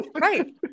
right